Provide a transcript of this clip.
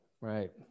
right